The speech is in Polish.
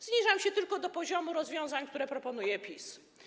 Zniżam się tylko do poziomu rozwiązań, które proponuje PiS.